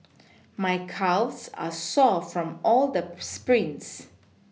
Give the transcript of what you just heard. my calves are sore from all the sprints